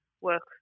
work